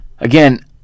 again